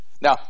Now